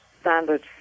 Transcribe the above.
standard